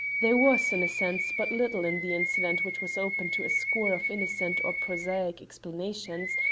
there was, in a sense, but little in the incident, which was open to a score of innocent or prosaic explanations,